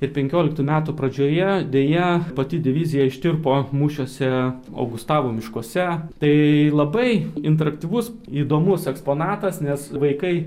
ir penkioliktų metų pradžioje deja pati divizija ištirpo mūšiuose augustavo miškuose tai labai interaktyvus įdomus eksponatas nes vaikai